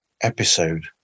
episode